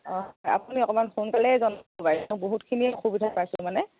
অঁ আপুনি অকণমান সোনকালে জনাব বহুতখিনি অসুবিধা পাইছোঁ মানে